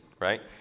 right